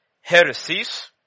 heresies